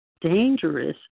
dangerous